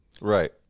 Right